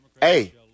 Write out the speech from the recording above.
Hey